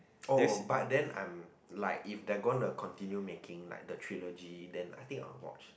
oh but then I am like if they're gonna continue making like the trailer G I think I will watch